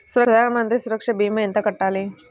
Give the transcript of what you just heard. ప్రధాన మంత్రి సురక్ష భీమా ఎంత కట్టాలి?